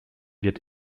wird